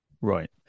Right